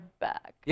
back